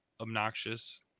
obnoxious